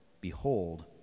Behold